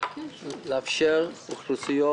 לאפשר לאוכלוסיות